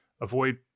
avoid